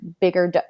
bigger